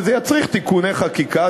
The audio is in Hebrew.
אבל זה יצריך תיקוני חקיקה.